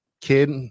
kid